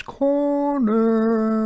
corner